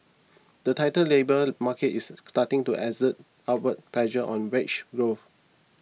the tighter labour market is starting to exert upward pressure on wage growth